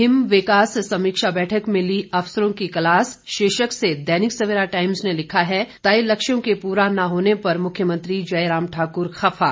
him विकास समीक्षा बैठक में ली अफसरों की क्लास शीर्षक से दैनिक सवेरा टाइम्स ने लिखा है तय लक्ष्यों के पूरा न होने पर मुख्यमंत्री जयराम ठाकुर खफा